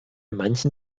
manchen